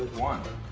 one.